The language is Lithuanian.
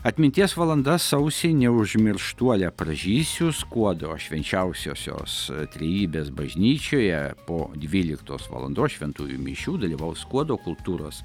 atminties valanda sausį neužmirštuole pražysiu skuodo švenčiausiosios trejybės bažnyčioje po dvyliktos valandos šventųjų mišių dalyvaus skuodo kultūros